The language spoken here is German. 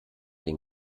den